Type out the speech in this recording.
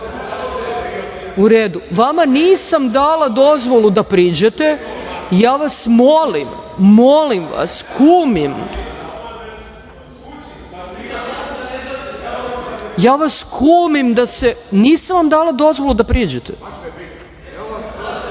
U redu, vama nisam dala dozvolu da priđete, ja vas molim, molim vas, kumim, ja vas kumim da se… nisam vam dala dozvolu da priđete. Sada